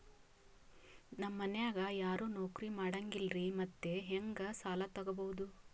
ನಮ್ ಮನ್ಯಾಗ ಯಾರೂ ನೌಕ್ರಿ ಮಾಡಂಗಿಲ್ಲ್ರಿ ಮತ್ತೆಹೆಂಗ ಸಾಲಾ ತೊಗೊಬೌದು?